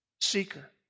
seeker